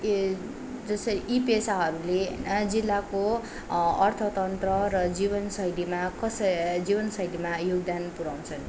जसै यी पेशाहरूले जिल्लाको अर्थतन्त्र र जीवन शैलीमा कसरी जीवन शैलीमा योगदान पुऱ्याउँछन्